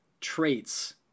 traits